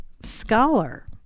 scholar